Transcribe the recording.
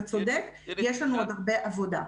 אתה צודק, יש לנו עוד הרבה עבודה.